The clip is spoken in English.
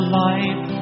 life